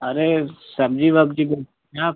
अरे सब्ज़ी वब्ज़ी बेचते हैं आप